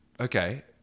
Okay